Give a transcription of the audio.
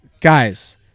guys